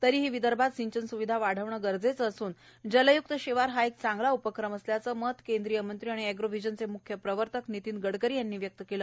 तरीही विदर्भात सिंचन सुविधा वाढवणं गरजेचं असून जलयुक्त शिवार हा एक चांगला उपक्रम असल्याचं मत केंद्रीय मंत्री आणि एग्रो व्हिजनचे मुख्य प्रवर्तक नितीन गडकरी यांनी व्यक्त केलं